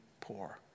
poor